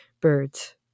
birds